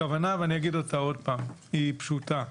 הכוונה פשוטה.